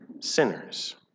sinners